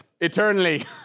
Eternally